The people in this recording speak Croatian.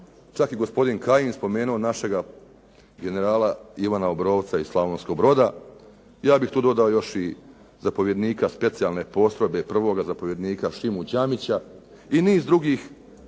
čak i gospodin Kajin spomenuo našega generala Ivana Obrovca iz Slavonskog Broda. Ja bih tu dodao još i zapovjednika specijalne postrojbe, prvoga zapovjednika Šimu Đamića i niz drugih